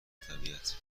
طبیعت